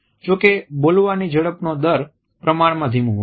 જો કે બોલવાની ઝડપનો દર પ્રમાણમાં ધીમો હોય છે